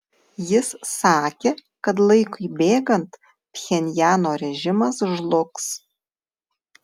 jis sakė kad laikui bėgant pchenjano režimas žlugs